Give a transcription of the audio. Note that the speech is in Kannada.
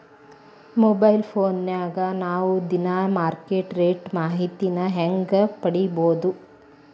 ಮೊಬೈಲ್ ಫೋನ್ಯಾಗ ನಾವ್ ದಿನಾ ಮಾರುಕಟ್ಟೆ ರೇಟ್ ಮಾಹಿತಿನ ಹೆಂಗ್ ಪಡಿಬೋದು?